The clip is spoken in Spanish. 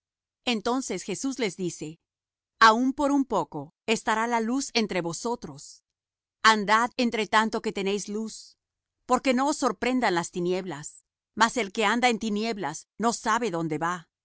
entonces jesús les dice aun por un poco estará la luz entre vosotros andad entre tanto que tenéis luz porque no os sorprendan las tinieblas porque el que anda en tinieblas no sabe dónde va